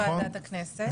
ועדת הכנסת.